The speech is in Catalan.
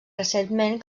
recentment